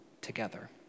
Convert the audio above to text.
together